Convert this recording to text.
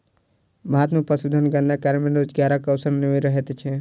भारत मे पशुधन गणना कार्य मे रोजगारक अवसर नै रहैत छै